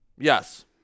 Yes